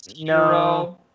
No